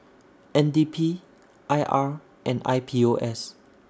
N D P I R and I P O S